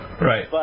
Right